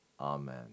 Amen